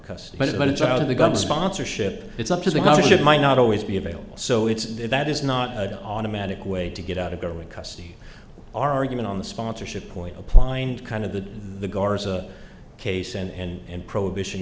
customized but it's out of the gun sponsorship it's up to the ship might not always be available so it's that is not an automatic way to get out of government custody argument on the sponsorship point applying and kind of the the garza case and prohibition